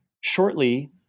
Shortly